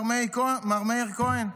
מר מאיר כהן?